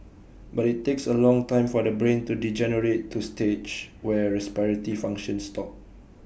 but IT takes A long time for the brain to degenerate to stage where respiratory functions stop